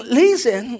listen